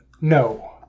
No